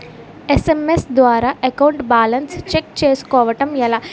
SMS ద్వారా account balance check చేసుకోవటం ఎలా?